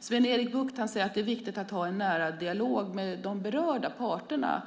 Sven-Erik Bucht säger att det är viktigt att ha en nära dialog med de berörda parterna.